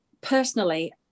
personally